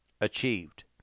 achieved